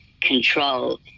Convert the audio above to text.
control